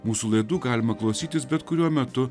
mūsų laidu galima klausytis bet kuriuo metu